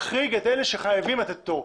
להחריג את אלה שחייבים לתת פטור,